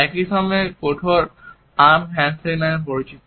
একই সময়ে কঠোর আর্ম হ্যান্ডশেক নামে পরিচিত